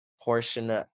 portion